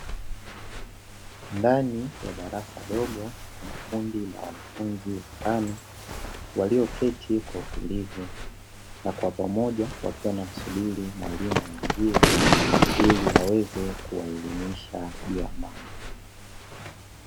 Ndani ya darasa dogo kuna kundi la wanafunzi watano walioketi kwa utulivu; na kwa pamoja wakiwa wanamsubiri mwalimu aingie ili aweze kuwa elimisha juu ya mada.